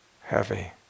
heavy